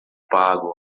pago